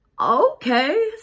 Okay